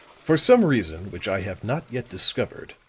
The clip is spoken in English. for some reason which i have not yet discovered,